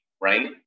right